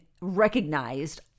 recognized